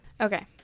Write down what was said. okay